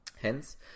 Hence